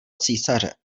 císaře